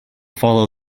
follow